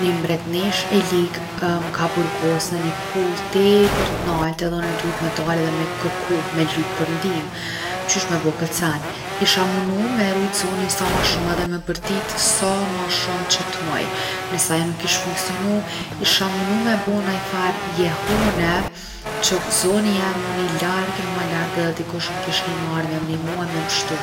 Ni mbretneshë e ligë m’ka burgos në ni kullë tepër t’nalt edhe unë me dal edhe me kërku, me lyp për ndihmë. Qysh me bo kët sen? Isha munu me rujt zonin sa ma shumë edhe me bërtit sa ma shumë që t’muj. Nëse ajo nuk kish funksionu isha munu me bo naj far jehone që zoni jem mu ni larg e ma larg edhe dikush m’kish ni me ardh me m’nimu e me m’pshtu.